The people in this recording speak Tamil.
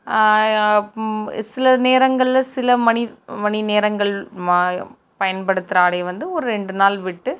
சில நேரங்களில் சில மணி மணி நேரங்கள் மா பயன்படுத்துகிற ஆடையை வந்து ஒரு ரெண்டு நாள் விட்டு